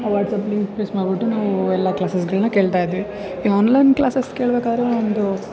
WhatsApp link paste ಮಾಡಿಬಿಟ್ಟು ನಾವು ಎಲ್ಲ ಕ್ಲಾಸಸ್ಗಳನ್ನ ಕೇಳ್ತಾಯಿದ್ವಿ ಈ ಆನ್ಲೈನ್ ಕ್ಲಾಸಸ್ ಕೇಳಬೇಕಾರೆ ಒಂದು